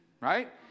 Right